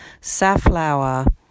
safflower